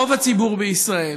רוב הציבור בישראל,